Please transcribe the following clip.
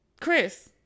Chris